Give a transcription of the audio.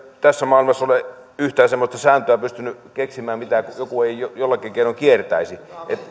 tässä maailmassa ole yhtään semmoista sääntöä pystynyt keksimään mitä joku ei jollakin keinoin kiertäisi